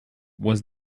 was